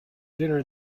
dinner